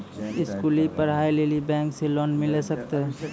स्कूली पढ़ाई लेली बैंक से लोन मिले सकते?